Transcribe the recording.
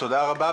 תודה רבה.